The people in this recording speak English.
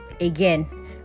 again